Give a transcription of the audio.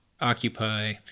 occupy